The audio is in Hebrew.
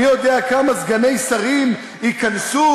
מי יודע כמה סגני שרים ייכנסו?